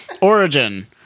Origin